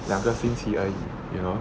两个星期而已 you know